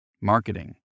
marketing